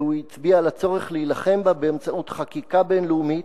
והוא הצביע על הצורך להילחם בה באמצעות חקיקה בין-לאומית,